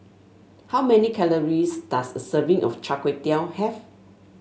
how many calories does a serving of Char Kway Teow have